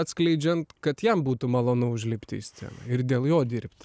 atskleidžiant kad jam būtų malonu užlipti į sceną ir dėl jo dirbt